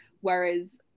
whereas